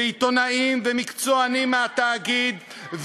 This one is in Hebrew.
ועיתונאים ומקצוענים מהתאגיד,